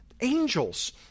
Angels